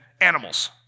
animals